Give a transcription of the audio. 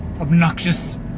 Obnoxious